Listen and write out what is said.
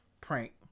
prank